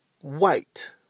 white